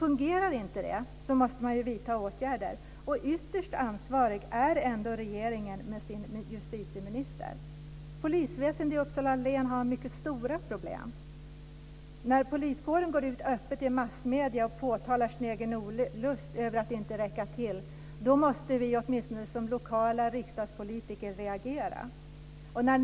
Fungerar inte det måste man vidta åtgärder. Ytterst ansvarig är ändå regeringen med sin justitieminister. Polisväsendet i Uppsala län har mycket stora problem. När poliskåren går ut öppet i massmedierna och påtalar sin olust över att inte räcka till måste vi som lokala riksdagspolitiker åtminstone reagera.